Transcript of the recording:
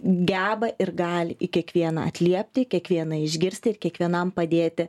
geba ir gali į kiekvieną atliepti kiekvieną išgirsti ir kiekvienam padėti